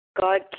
God